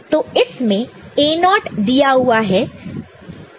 तो इसमें A0 दिया हुआ है